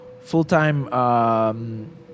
Full-time